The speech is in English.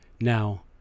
Now